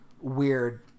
weird